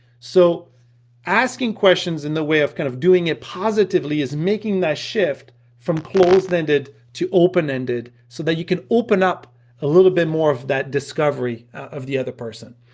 so asking questions in the way of kind of doing it positively, is making that shift from closed-ended to open-ended, so that you can open up a little bit more of that discovery of the other person.